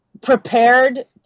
prepared